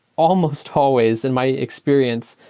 almost always, in my experience,